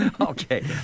Okay